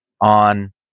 on